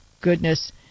goodness